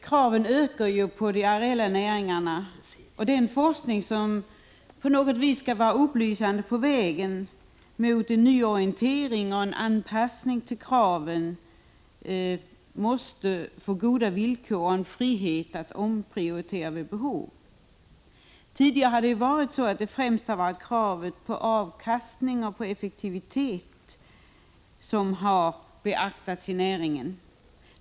Kraven ökar på de areella näringarna, och den forskning som skall vara upplysande på vägen mot en nyorientering och en anpassning till kraven måste få goda villkor och frihet att omprioritera vid behov. Tidigare har främst kravet på avkastning och effektivitet beaktats i näringen.